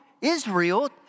Israel